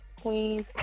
queens